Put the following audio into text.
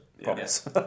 Yes